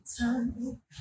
time